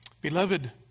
Beloved